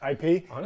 IP